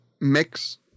mix